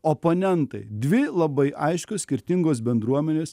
oponentai dvi labai aiškios skirtingos bendruomenės